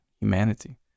humanity